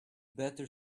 better